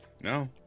no